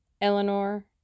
Eleanor